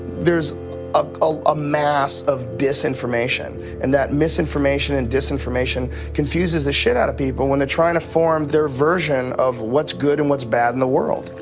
theres a mass of disinformation and that misinformation and disinformation confuses the shit out of people when they're trying to form their version of what's good and what's bad in the world.